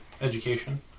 education